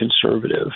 conservative